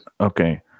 Okay